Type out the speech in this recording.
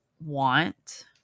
want